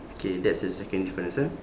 okay that's the second difference ah